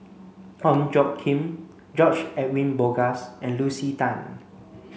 Ong Tjoe Kim George Edwin Bogaars and Lucy Tan